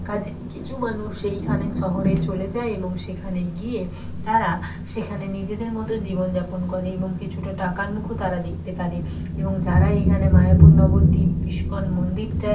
কাজে কিছু মানুষ সেইখানে শহরে চলে যায় এবং সেখানে গিয়ে তারা সেখানে নিজেদের মতো জীবনযাপন করে এবং কিছুটা টাকার মুখও তারা দেখতে পারে এবং যারা এইখানে মায়াপুর নবদ্বীপ ইস্কন মন্দিরটা